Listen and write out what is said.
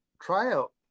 tryout